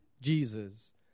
Jesus